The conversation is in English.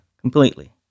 Completely